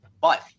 But-